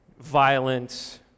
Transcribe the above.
Violence